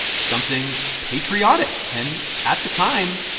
something patriotic. and at the time,